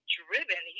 driven